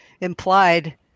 implied